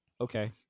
okay